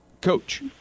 Coach